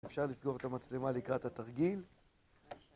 אפשר לסגור את המצלמה לקראת התרגיל.